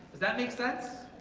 does that make sense?